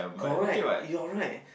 correct you're right